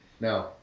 No